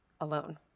alone